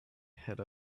had